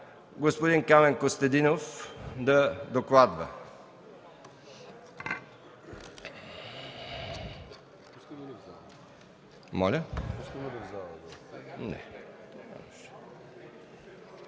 господин Камен Костадинов да докладва.